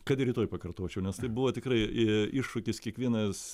kad ir rytoj pakartočiau nes tai buvo tikrai i iššūkis kiekvienas